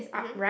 mmhmm